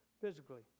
physically